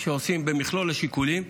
זה מכלול השיקולים,